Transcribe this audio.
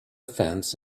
fence